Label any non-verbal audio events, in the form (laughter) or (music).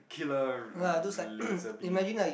killer (noise) laser beam